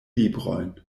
librojn